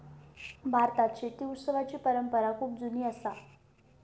भारतात शेती उत्सवाची परंपरा खूप जुनी असा